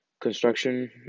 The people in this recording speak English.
construction